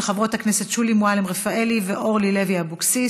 של חברות הכנסת שולי מועלם-רפאלי ואורלי לוי אבקסיס.